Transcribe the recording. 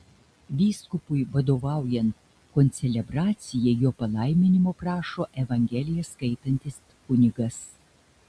vyskupui vadovaujant koncelebracijai jo palaiminimo prašo evangeliją skaitantis kunigas